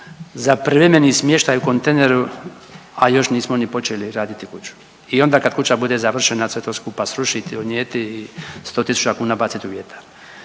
za privremeni smještaj u kontejneru, a još nismo ni počeli raditi kuću. I onda kad kuća bude završena sve to skupa srušiti, unijeti i sto tisuća kuna baciti u vjetar.